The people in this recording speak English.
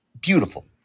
beautiful